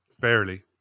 Barely